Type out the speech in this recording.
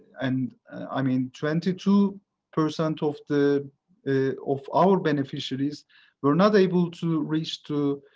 and i mean, twenty two percent of the of our beneficiaries were not able to reach to